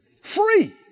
free